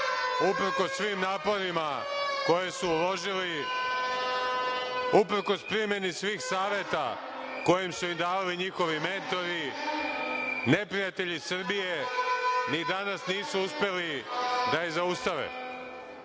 uprkos svim naporima koje su uložili, uprkos primeni svih saveta koji su im dali njihovi mentori, neprijatelji Srbije ni danas nisu uspeli da je zaustave. Onako